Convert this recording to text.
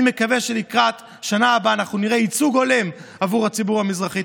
אני מקווה שלקראת השנה הבאה אנחנו נראה ייצוג הולם עבור הציבור המזרחי.